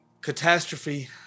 catastrophe